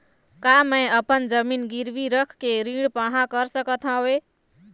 का मैं अपन जमीन गिरवी रख के ऋण पाहां कर सकत हावे?